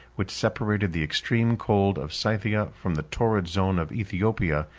which separated the extreme cold of scythia from the torrid zone of aethiopia,